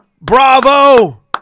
Bravo